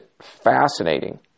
fascinating